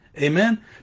amen